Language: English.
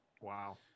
Wow